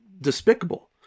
despicable